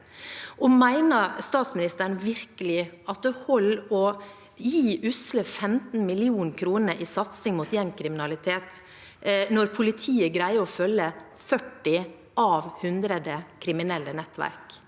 Mener statsministeren virkelig at det holder å gi usle 15 mill. kr i satsing mot gjengkriminalitet, når politiet greier å følge 40 av 100 kriminelle nettverk?